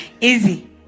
Easy